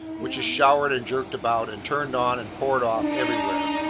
which is showered and jerked about, and turned on, and poured off, everywhere.